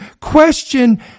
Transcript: question